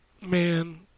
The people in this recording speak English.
Man